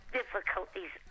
difficulties